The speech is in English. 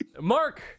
mark